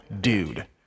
Dude